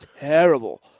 terrible